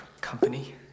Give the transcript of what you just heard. company